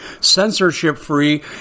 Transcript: censorship-free